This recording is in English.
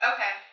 Okay